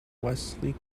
wesley